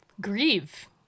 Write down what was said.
Grieve